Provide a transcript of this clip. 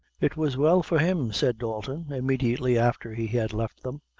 it was well for him, said dalton, immediately after he had left them,